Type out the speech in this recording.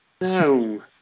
No